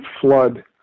flood